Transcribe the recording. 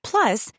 Plus